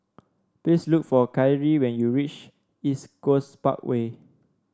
please look for Kyrie when you reach East Coast Parkway